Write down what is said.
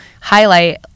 highlight